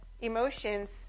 emotions